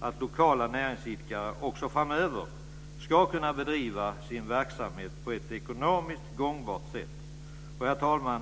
att lokala näringsidkare också framöver ska kunna bedriva sin verksamhet på ett ekonomiskt gångbart sätt. Herr talman!